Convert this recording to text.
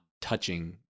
touching